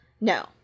no